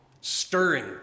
stirring